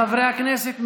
חברי הכנסת,